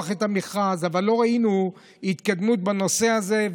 את המכרז אבל לא ראינו התקדמות בנושא הזה.